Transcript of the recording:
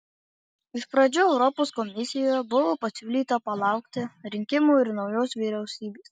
iš pradžių europos komisijoje buvo pasiūlyta palaukti rinkimų ir naujos vyriausybės